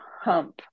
hump